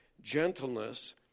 gentleness